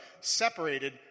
separated